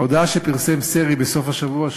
ההודעה שפרסם סרי בסוף השבוע,